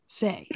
say